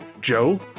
Joe